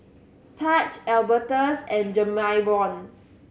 Taj Albertus and Jamarion